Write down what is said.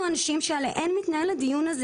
אנחנו הנשים שעליהן מתנהל הדיון הזה